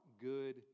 good